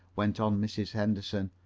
went on mrs. henderson.